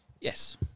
yes